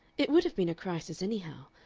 it would have been a crisis anyhow,